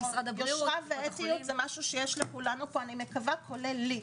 זה משהו שיש לכולנו, כולל לי.